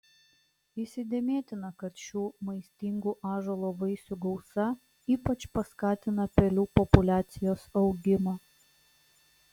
įsidėmėtina kad šių maistingų ąžuolo vaisių gausa ypač paskatina pelių populiacijos augimą